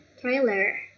trailer